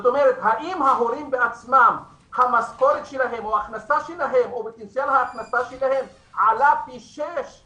האם ההורים בעצמם המשכורת שלהם או פוטנציאל ההכנסה שלהם עלה פי שישה,